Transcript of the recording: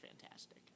fantastic